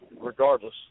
regardless